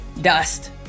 dust